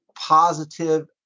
positive